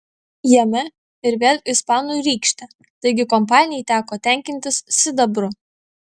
jame ir vėl ispanų rykštė taigi kompanijai teko tenkintis sidabru